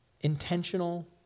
intentional